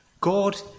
God